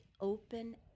open